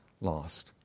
lost